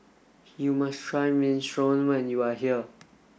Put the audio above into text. you must try Minestrone when you are here